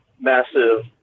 massive